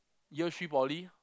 year three poly